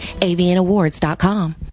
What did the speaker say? avianawards.com